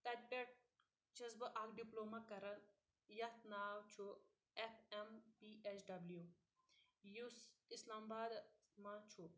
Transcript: تَتہِ پٮ۪ٹھ چھَس بہٕ اکھ ڈِپلوما کران یَتھ ناو چھُ F M P H W یُس اسلام آبادس منٛز چھُ